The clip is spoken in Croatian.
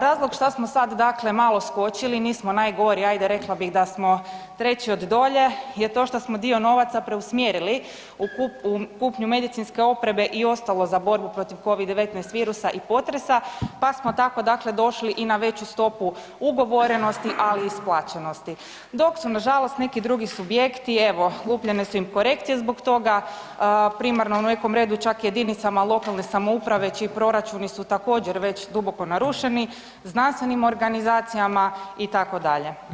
Razlog šta smo sad dakle malo skočili, nismo najgori ajde rekla bih da smo treći od dolje jer to šta smo dio novaca preusmjerili u kupnju medicinske opreme i ostalo za borbu protiv Covid-19 virusa i potresa, pa smo tako dakle došli i na veću stopu ugovorenosti, ali i isplaćenosti, dok su nažalost neki drugi subjekti, evo lupljene su im korekcije zbog toga, primarno u nekom redu čak JLS-ovima čiji proračuni su također već duboko narušeni, znanstvenim organizacijama itd.